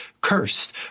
cursed